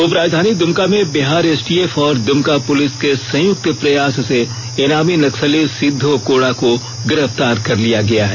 उपराजधानी दुमका में बिहार एसटीएफ और दुमका पुलिस के संयुक्त प्रयास से इनामी नक्सली सिद्दो कोड़ा को गिरफ्तार कर लिया गया है